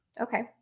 Okay